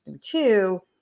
two